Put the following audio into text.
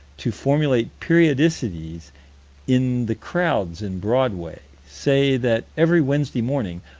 to formulate periodicities in the crowds in broadway say that every wednesday morning,